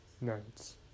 nights